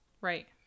Right